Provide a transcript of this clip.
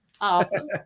Awesome